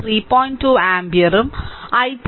2 ആമ്പിയറും I2 2